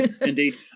Indeed